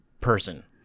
person